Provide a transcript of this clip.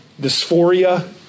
dysphoria